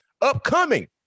Upcoming